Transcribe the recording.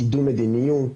קידום מדיניות,